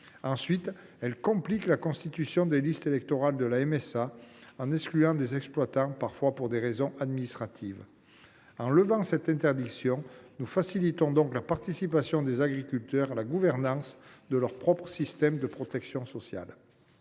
Ensuite, elle complique la constitution des listes électorales de la MSA, en excluant certains exploitants pour des raisons administratives. En levant cette restriction, nous faciliterons la participation des agriculteurs à la gouvernance de leur propre système de protection sociale.